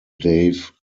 dave